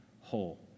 whole